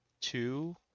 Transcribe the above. two